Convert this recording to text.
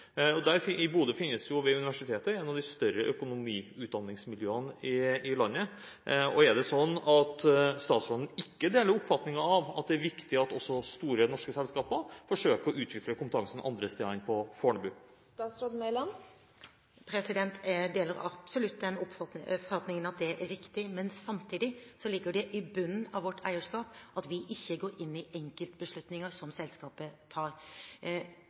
i Bodø finnes et av de større økonomiutdanningsmiljøene i landet, og er det sånn at statsråden ikke deler oppfatningen av at det er viktig at også store norske selskaper forsøker å utvikle kompetansen andre steder enn på Fornebu? Jeg deler absolutt den oppfatningen at det er riktig, men samtidig ligger det i bunnen av vårt eierskap at vi ikke går inn i enkeltbeslutninger som selskaper tar.